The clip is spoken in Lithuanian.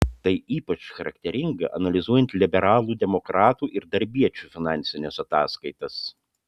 tai ypač charakteringa analizuojant liberalų demokratų ir darbiečių finansines ataskaitas